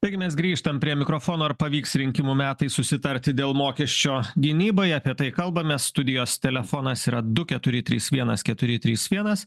taigi mes grįžtam prie mikrofono ar pavyks rinkimų metais susitarti dėl mokesčio gynybai apie tai kalbame studijos telefonas yra du keturi trys vienas keturi trys vienas